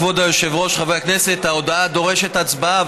כבוד היושב-ראש, חברי הכנסת, ההודעה דורשת הצבעה.